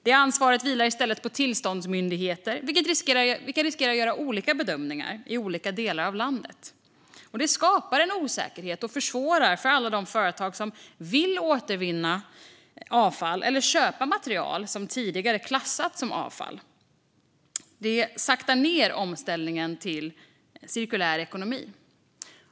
Det ansvaret vilar i stället på tillståndsmyndigheter, vilka riskerar att göra olika bedömningar i olika delar av landet. Detta skapar en osäkerhet och försvårar för alla de företag som vill återvinna avfall eller vill köpa material som tidigare klassats som avfall. Det saktar också ned omställningen till en cirkulär ekonomi.